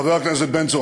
חבר הכנסת בן צור,